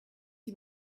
die